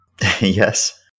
Yes